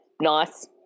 Nice